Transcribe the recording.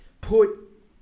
put